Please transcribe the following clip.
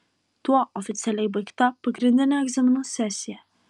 tuo oficialiai baigta pagrindinė egzaminų sesija